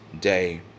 day